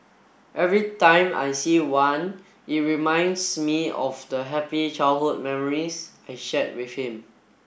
every time I see one it reminds me of the happy childhood memories I shared with him